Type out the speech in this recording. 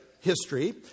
history